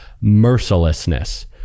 mercilessness